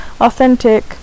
authentic